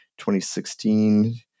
2016